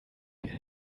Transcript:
wir